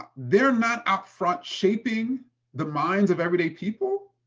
they're not out front shaping the minds of everyday people.